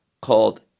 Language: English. called